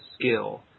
skill